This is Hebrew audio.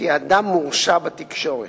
כי האדם מורשע בתקשורת".